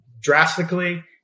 drastically